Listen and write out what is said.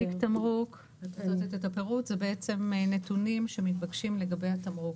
תיק תמרוק, אלה נתונים שמתבקשים לגבי התמרוק.